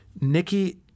Nikki